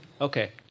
Okay